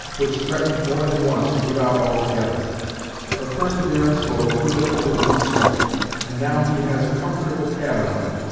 which threatened more than once to give out altogether but perseverance will even overcome smoke and now he has a comfortable cabin of it,